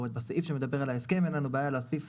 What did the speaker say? כלומר בסעיף שמדבר על ההסכם אין לנו בעיה להוסיף